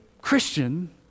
Christian